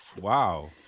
Wow